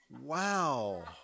wow